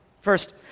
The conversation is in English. First